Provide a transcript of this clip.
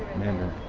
mandarin